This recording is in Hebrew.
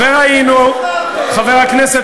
וראינו, חבר הכנסת